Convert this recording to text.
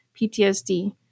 PTSD